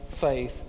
faith